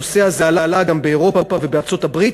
הנושא הזה עלה גם באירופה ובארצות-הברית,